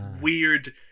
weird